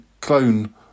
clone